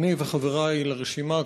אני וחברי לרשימה,